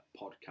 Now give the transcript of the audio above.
podcast